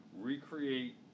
recreate